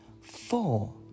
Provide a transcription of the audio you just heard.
Four